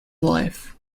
life